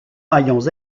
maillons